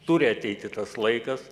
turi ateiti tas laikas